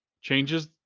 changes